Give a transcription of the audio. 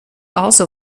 also